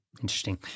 Interesting